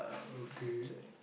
okay